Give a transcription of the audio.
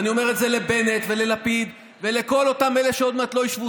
אני אומר את זה לבנט וללפיד ולכל אותם אלה שעוד מעט לא ישבו